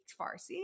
Farsi